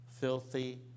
Filthy